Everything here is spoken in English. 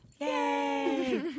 Yay